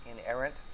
inerrant